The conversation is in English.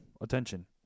attention